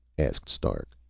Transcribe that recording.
asked stark.